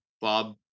Bob